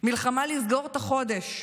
למלחמה לסגור את החודש,